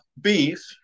beef